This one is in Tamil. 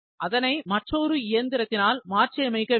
அதனை மற்றொரு இயந்திரத்தினால் மாற்றி அமைக்க வேண்டும்